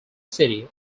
city